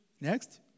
next